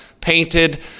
painted